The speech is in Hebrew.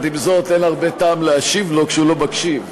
עם זאת, אין הרבה טעם להשיב לו כשהוא לא מקשיב,